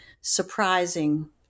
surprising